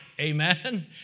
Amen